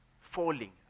falling